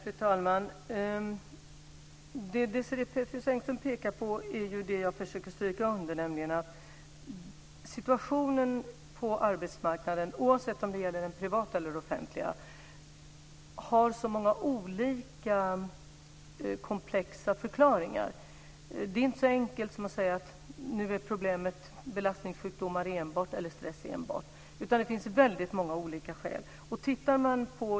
Fru talman! Det som Désirée Pethrus Engström pekar på är ju det som jag försöker stryka under, nämligen att situationen på arbetsmarknaden, oavsett om det gäller den privata eller den offentliga, har så många olika komplexa förklaringar. Det är inte så enkelt som att säga att nu är problemet enbart belastningssjukdomar eller enbart stress, utan det finns väldigt många olika problem.